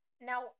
Now